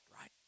right